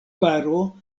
paro